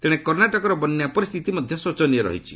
ତେଣେ କର୍ଷ୍ଣାଟକର ବନ୍ୟା ପରିସ୍ଥିତି ମଧ୍ୟ ଶୋଚନୀୟ ରହିଛି